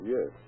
Yes